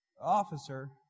officer